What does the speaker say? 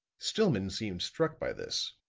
stillman seemed struck by this.